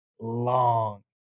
long